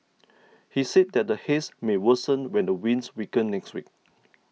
he said that the Haze may worsen when the winds weaken next week